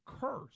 curse